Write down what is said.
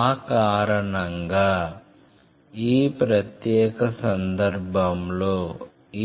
ఆ కారణంగా ఈ ప్రత్యేక సందర్భంలో